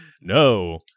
No